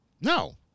No